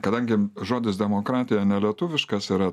kadangi žodis demokratija nelietuviškas yra